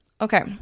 Okay